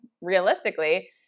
Realistically